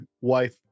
wife